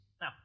Now